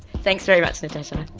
thanks very much natasha.